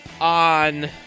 on